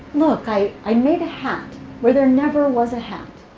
look, i i made a hat where there never was a hat.